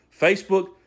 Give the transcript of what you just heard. Facebook